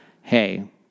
hey